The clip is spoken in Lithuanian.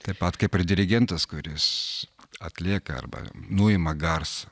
taip pat kaip ir dirigentas kuris atlieka arba nuima garsą